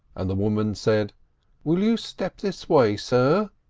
and the woman said will you step this way, sir?